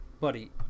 buddy